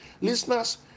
Listeners